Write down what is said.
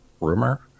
rumor